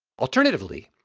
alternatively,